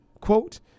Quote